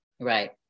Right